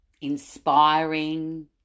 inspiring